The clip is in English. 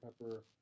Pepper